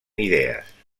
idees